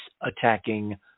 attacking